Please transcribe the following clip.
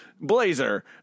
blazer